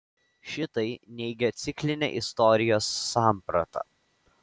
šitai neigia ciklinę istorijos sampratą